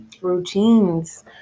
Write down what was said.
routines